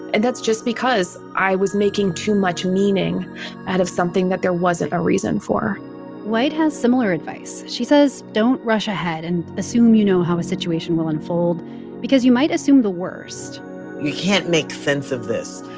and that's just because i was making too much meaning out of something that there wasn't a reason for white has similar advice. she says don't rush ahead and assume you know how a situation will unfold because you might assume the worst you can't make sense of this.